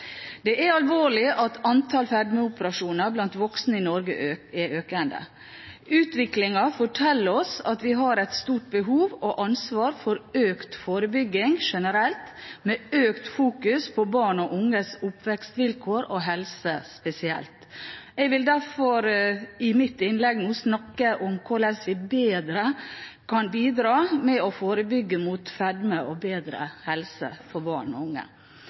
Det er alvorlig at antall fedmeoperasjoner blant voksne i Norge er økende. Utviklingen forteller oss at vi har et stort behov og ansvar for økt forebygging generelt, med økt fokus på barn og unges oppvekstsvilkår og helse spesielt. Jeg vil derfor i mitt innlegg nå snakke om hvordan vi bedre kan bidra med å forebygge fedme og arbeide for bedre helse for barn og unge.